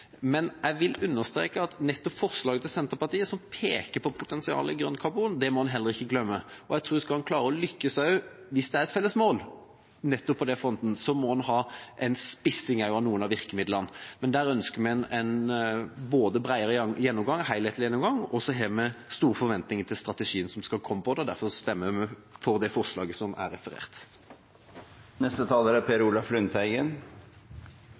men jeg vil understreke at forslaget fra Senterpartiet, som peker på potensialet i grønn karbon, må man ikke glemme. Skal en klare å lykkes – hvis det er et felles mål om det – på det området, tror jeg en må ha en spissing av noen av virkemidlene. Men på det området ønsker vi en bredere og mer helhetlig gjennomgang, og vi har store forventninger til strategien som skal komme på dette området, og derfor stemmer vi for det forslaget som det ble referert til. Temaet er